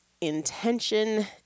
intention